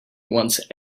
once